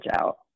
out